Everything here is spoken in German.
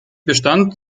bestand